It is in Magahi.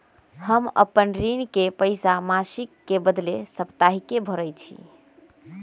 हम अपन ऋण के पइसा मासिक के बदले साप्ताहिके भरई छी